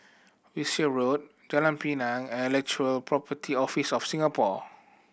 Wiltshire Road Jalan Pinang and Intellectual Property Office of Singapore